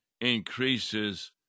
increases